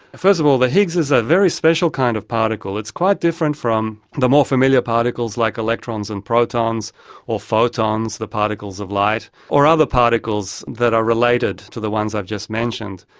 first of all, the higgs is a very special kind of particle. it's quite different from the more familiar particles like electrons and protons or photons, the particles of light, or other particles that are related to the ones i've just mentioned.